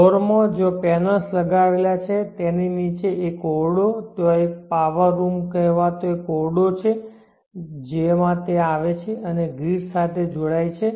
ફ્લોરમાં જ્યાં પેનલ્સ લગાવેલા છે તેની નીચે એક ઓરડો ત્યાં એક પાવર રૂમ કહેવાતો એક ઓરડો છે જેમાં તે આવે છે અને ગ્રીડ સાથે જોડાય છે